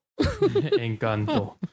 Encanto